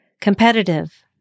competitive